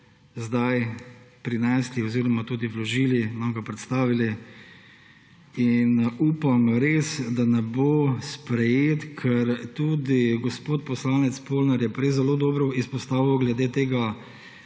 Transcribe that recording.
zdaj prinesli oziroma tudi vložili, nam ga predstavili. Res upam, da ne bo sprejet. Gospod poslanec Polnar je prej zelo dobro izpostavil glede